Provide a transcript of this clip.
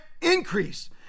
increase